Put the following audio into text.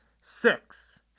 Six